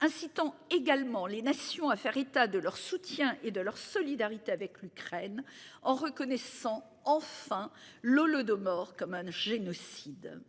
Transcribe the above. incitant également les nations à faire état de leur soutien et de leur solidarité avec l'Ukraine en reconnaissant enfin l'Holodomor comme génocide.